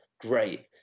Great